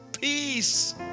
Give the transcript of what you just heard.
peace